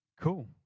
Cool